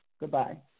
Goodbye